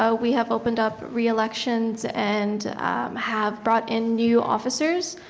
ah we have opened up reelections and have brought in new officers.